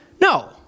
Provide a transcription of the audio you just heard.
No